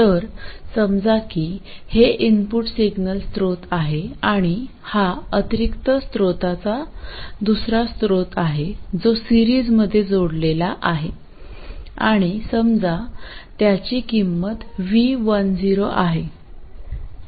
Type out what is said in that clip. तर समजा की हे इनपुट सिग्नल स्त्रोत आहे आणि हा अतिरिक्त स्त्रोताचा दुसरा स्त्रोत आहे जो सिरीजमध्ये जोडलेला आहे आणि समजा त्याची किंमत v10 आहे